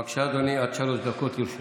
בבקשה, אדוני, עד שלוש דקות לרשותך,